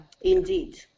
Indeed